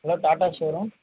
hello Tata show room